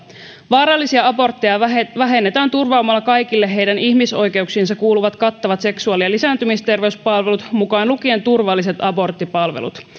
vaarallisia abortteja vähennetään vähennetään turvaamalla kaikille heidän ihmisoikeuksiinsa kuuluvat kattavat seksuaali ja lisääntymisterveyspalvelut mukaan lukien turvalliset aborttipalvelut